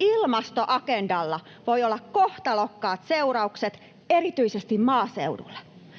Ilmastoagendalla voi olla kohtalokkaat seuraukset erityisesti maaseudulle.